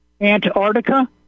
Antarctica